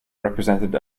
represented